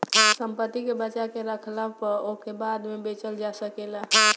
संपत्ति के बचा के रखला पअ ओके बाद में बेचल जा सकेला